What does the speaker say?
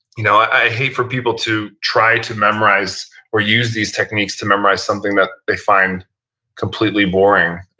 you know i hate for people to try to memorize or use these techniques to memorize something that they find completely boring.